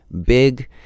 big